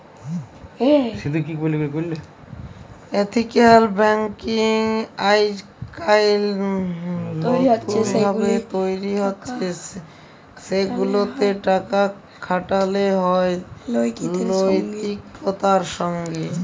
ethical banking আইজকাইল লতুল ভাবে তৈরি হছে সেগুলাতে টাকা খাটালো হয় লৈতিকতার সঙ্গে